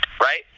right